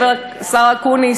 השר אקוניס,